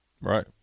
Right